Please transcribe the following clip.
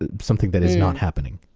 ah something that is not happening.